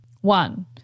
One